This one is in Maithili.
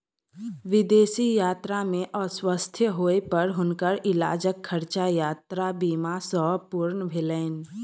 विदेश यात्रा में अस्वस्थ होय पर हुनकर इलाजक खर्चा यात्रा बीमा सॅ पूर्ण भेलैन